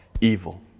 evil